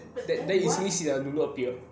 then then you see nunu appear